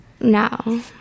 No